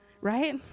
right